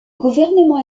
gouvernement